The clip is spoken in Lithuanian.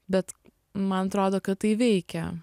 bet man atrodo kad tai veikia